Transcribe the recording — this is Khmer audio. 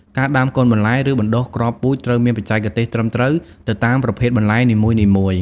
ការដាំកូនបន្លែ ឬបណ្តុះគ្រាប់ពូជត្រូវមានបច្ចេកទេសត្រឹមត្រូវទៅតាមប្រភេទបន្លែនីមួយៗ។